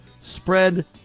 spread